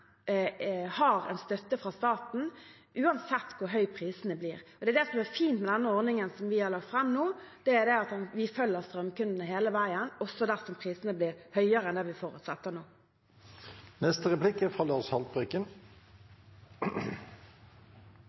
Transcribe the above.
har en støtte fra staten uansett hvor høye prisene blir. Det som er fint med den ordningen vi har lagt fram nå, er at vi følger strømkundene hele veien, også dersom prisene blir høyere enn det vi forutsetter nå. Jeg tenkte jeg skulle begynne med å fortelle en godt bevart hemmelighet. Det er